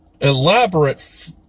elaborate